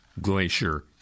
glacier